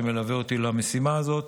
שמלווה אותי למשימה הזו,